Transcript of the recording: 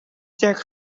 sterk